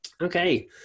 okay